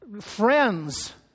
friends